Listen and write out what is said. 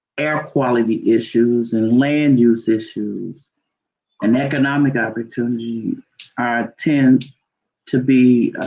air quality issues and land use issues and economic opportunity tend to be